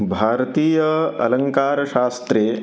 भारतीय अलङ्कारशास्रे